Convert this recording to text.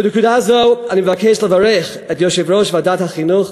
בנקודה זו אני מבקש לברך את יושב-ראש ועדת החינוך,